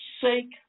sake